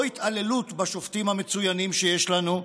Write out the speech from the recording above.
לא התעללות בשופטים המצוינים שיש לנו,